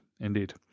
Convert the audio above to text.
indeed